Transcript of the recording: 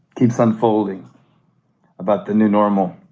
keeps unfolding about the new normal.